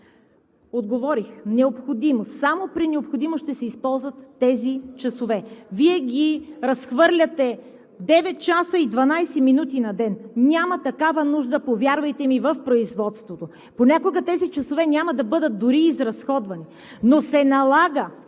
отговорих: само при необходимост ще се използват тези часове. Вие ги разхвърляте на 9 часа и 12 минути на ден. Повярвайте ми, няма такава нужда в производството, а понякога тези часове няма да бъдат дори изразходвани. Но се налага,